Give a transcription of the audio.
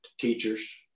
teachers